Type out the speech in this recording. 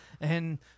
and-